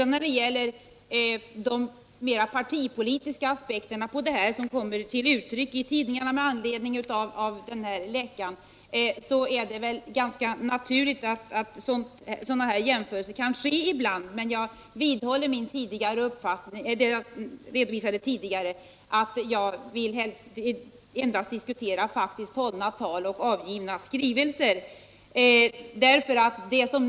När det gäller de mera partipolitiska aspekterna, som kommer till uttryck i tidningarna med anledning av den här läckan, så är det väl ganska naturligt att sådana jämförelser kan göras ibland. Men jag vidhåller vad jag redovisade tidigare — att jag helst endast vill diskutera faktiskt hållna tal och avgivna skrivelser.